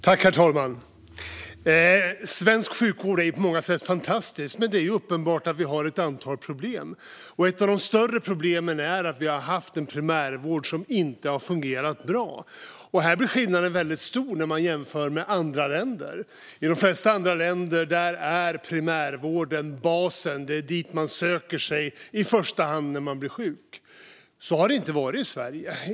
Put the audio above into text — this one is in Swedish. Herr talman! Svensk sjukvård är på många sätt fantastisk, men det är uppenbart att vi har ett antal problem. Ett av de större problemen är att vi har haft en primärvård som inte har fungerat bra. Skillnaden är väldigt stor när man jämför med andra länder. I de flesta andra länder är primärvården basen. Det är dit man söker sig i första hand när man blir sjuk. Så har det inte varit i Sverige.